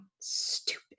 stupid